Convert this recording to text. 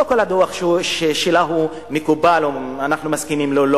לא כל דוח שלה מקובל או אנחנו מסכימים לו,